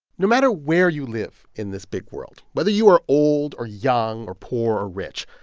no matter where you live in this big world, whether you are old or young or poor or rich,